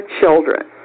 children